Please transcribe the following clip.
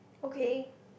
okay